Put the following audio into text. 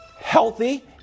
healthy